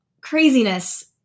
craziness